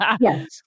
Yes